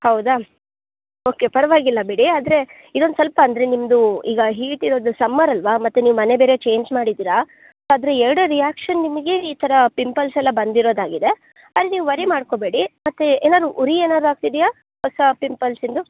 ಹೌದಾ ಓಕೆ ಪರವಾಗಿಲ್ಲ ಬಿಡಿ ಆದರೆ ಇದೊಂದು ಸ್ವಲ್ಪ ಅಂದರೆ ನಿಮ್ಮದು ಈಗ ಹೀಟ್ ಇರೋದು ಸಮ್ಮರ್ ಅಲ್ಲವ ಮತ್ತು ನೀವು ಮನೆ ಬೇರೆ ಚೇಂಜ್ ಮಾಡಿದ್ದೀರ ಅದ್ರ ಎರಡೂ ರಿಯಾಕ್ಷನ್ ನಿಮಗೆ ಈ ಥರ ಪಿಂಪಲ್ಸೆಲ್ಲ ಬಂದಿರೋದಾಗಿದೆ ಅದು ನೀವು ವರಿ ಮಾಡ್ಕೋಬೇಡಿ ಮತ್ತು ಏನಾದ್ರು ಉರಿ ಏನಾದ್ರು ಆಗ್ತಿದೆಯಾ ಹೊಸ ಪಿಂಪಲ್ಸಿಂದು